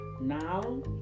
now